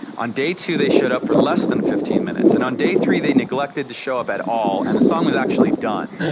on day two, they showed up for less than fifteen minutes, and on day three they neglected to show up at all and the song was actually done.